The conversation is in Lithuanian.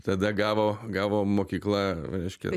tada gavo gavo mokykla reiškia